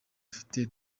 afitiye